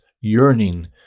yearning